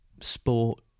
sport